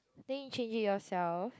then you change it yourself